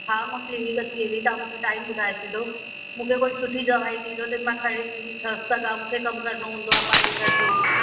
हा मां क्लीनिक अची वेंदी तव्हां मूंखे टाइम ॿुधाए छॾियो मूंखे कोई सुठी दवाई ॾिजो त मां खड़ी बीह सघ सघां मूंखे कम करिणो हूंदो आहे पंहिंजे घर जो